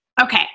okay